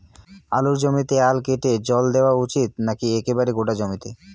আলুর জমিতে আল কেটে জল দেওয়া উচিৎ নাকি একেবারে গোটা জমিতে?